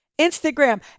Instagram